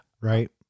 right